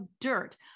dirt